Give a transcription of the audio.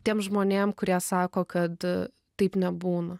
tiem žmonėm kurie sako kad taip nebūna